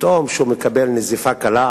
ופתאום כשהוא מקבל נזיפה קלה,